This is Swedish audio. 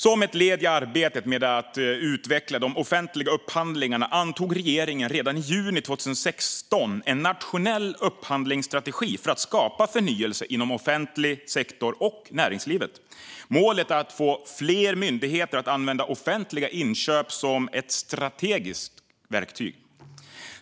Som ett led i arbetet med att utveckla de offentliga upphandlingarna antog regeringen redan i juni 2016 en nationell upphandlingsstrategi för att skapa förnyelse inom offentlig sektor och i näringslivet. Målet är att få fler myndigheter att använda offentliga inköp som ett strategiskt verktyg.